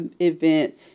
event